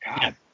god